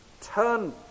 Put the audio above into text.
Turn